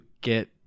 get